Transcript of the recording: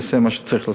יעשה מה שצריך לעשות,